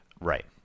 Right